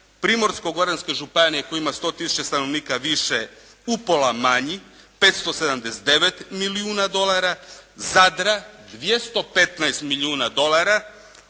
Primorsko-goranske županije koja ima 100 000 stanovnika više upola manji 579 milijuna dolara, Zadra 215 milijuna dolara.